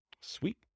Sweet